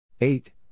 eight